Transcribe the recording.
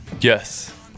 Yes